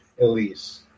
Elise